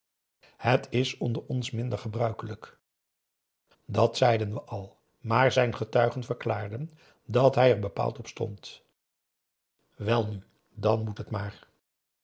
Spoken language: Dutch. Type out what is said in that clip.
het is onder ons minder gebruikelijk dat zeiden we al maar zijn getuigen verklaarden dat hij er bepaald op stond welnu dan moet het maar